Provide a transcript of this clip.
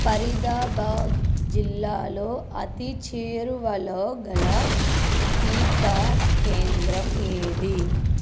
ఫరీదాబాద్ జిల్లాలో అతి చేరువలోగల టీకా కేంద్రం ఏది